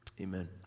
amen